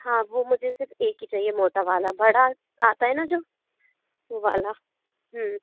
हाँ वो मुझे सिर्फ एक ही चाहिए मोटा वाला बड़ा आता है ना जो वो वाला